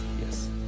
yes